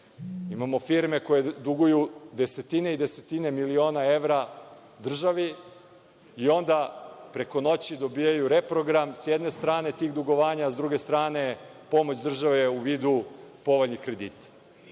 Imamo firme koje duguju desetine i desetine miliona evra državi i onda preko noći dobijaju reprogram, sa jedne strane, tih dugovanja, a sa druge strane, pomoć države u vidu povoljnih kredita